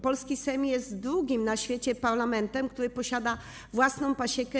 Polski Sejm jest drugim na świecie parlamentem, który posiada własną pasiekę.